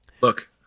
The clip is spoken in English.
Look